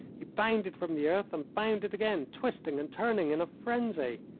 he bounded from the earth and bounded again, twisting and turning in a frenzy.